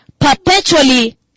Perpetually